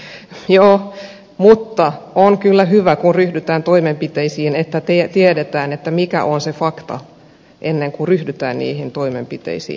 joo mutta on kyllä hyvä kun ryhdytään toimenpiteisiin että tiedetään mikä on se fakta ennen kuin ryhdytään niihin toimenpiteisiin